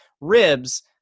Ribs